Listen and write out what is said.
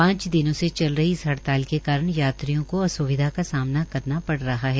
पांच दिनों से चल रही इस हड़प्राल के कारण यात्रियों को असुविधा का सामना करना पड़ा रहा है